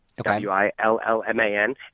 W-I-L-L-M-A-N